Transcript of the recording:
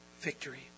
victory